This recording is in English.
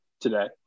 today